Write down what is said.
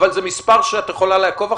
אבל זה מספר שאת יכולה לעקוב אחריו?